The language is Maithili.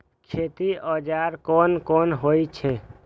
खेती औजार कोन कोन होई छै?